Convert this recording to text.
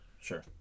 Sure